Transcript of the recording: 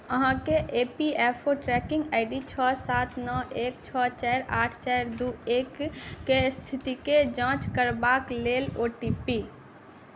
अहाँके A P F O tracking I D छओ सात नओ एक छओ चारि आठ चारि दू एक के स्थितिकेँ जाँच करबाक लेल ओ टी पी